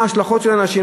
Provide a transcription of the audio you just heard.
מה ההשלכות על אנשים?